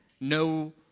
No